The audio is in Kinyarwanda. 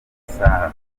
isaha